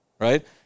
right